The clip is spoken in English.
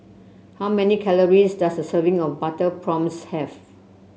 how many calories does a serving of Butter Prawns have